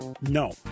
No